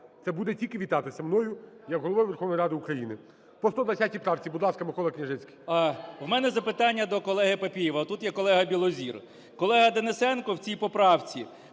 це буде тільки вітатися мною як Головою Верховної Ради України. По 120 правці, будь ласка, Микола Княжицький. 18:08:02 КНЯЖИЦЬКИЙ М.Л. В мене запитання до колеги Папієва. От тут є колега Білозір. Колега Денисенко в цій поправці